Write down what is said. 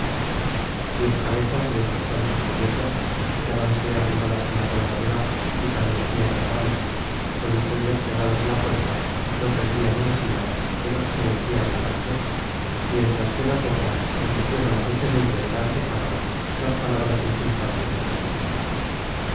diez cabezas de otrps tantos curiosos hallábanse arrimadas á la colgadura y palidecian de rabia pues los oidos pegados á la puerta no perdian una silaba de lo que se decia en el gabinete mientras que las bocas repetian á la muchedumbre de la antecámara las palabras insultantes del capitan